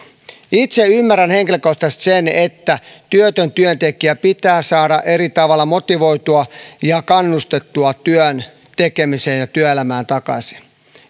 itse ymmärrän henkilökohtaisesti sen että työtön työntekijä pitää saada eri tavoilla motivoitua ja kannustettua työn tekemiseen ja työelämään takaisin